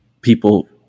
people